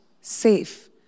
safe